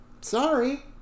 Sorry